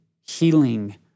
healing